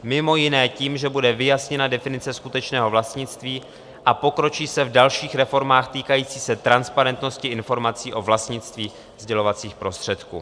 Mimo jiné tím, že bude vyjasněna definice skutečného vlastnictví a pokročí se v dalších reformách týkajících se transparentnosti informací o vlastnictví sdělovacích prostředků.